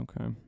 Okay